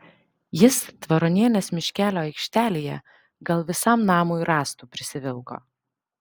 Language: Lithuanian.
jis tvaronienės miškelio aikštelėje gal visam namui rąstų prisivilko